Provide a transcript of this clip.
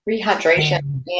Rehydration